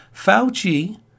Fauci